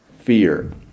fear